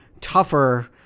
tougher